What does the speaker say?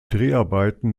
dreharbeiten